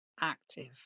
active